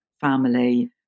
family